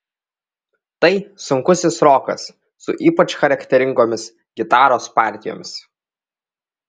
tai sunkusis rokas su ypač charakteringomis gitaros partijomis